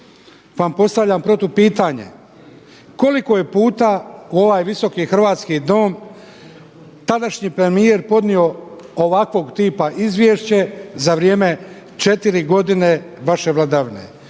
vam postavljam protupitanje, koliko je puta u ovaj Visoki hrvatski dom tadašnji premijer podnio ovakvog tipa izvješće za vrijeme četiri godine vaše vladavine?